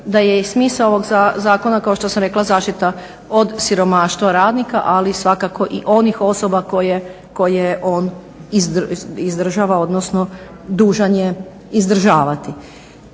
da je i smisao ovog zakona kao što sam rekla zaštita od siromaštva radnika, ali i svakako i onih osoba koje on izdržava, odnosno dužan je izdržavati.